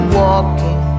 walking